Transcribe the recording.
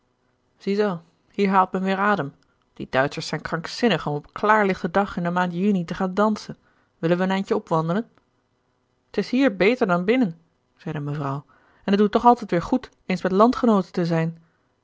zie zoo hier haalt men weer adem die duitschers zijn krankzinnig om op klaarlichten dag in de maand juni te gaan dansen willen we een endje opwandelen t is hier beter dan binnen zeide mevrouw en t doet toch altijd weer goed eens met landgenooten te zijn